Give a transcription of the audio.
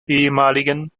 ehemaligen